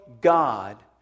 God